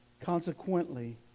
consequently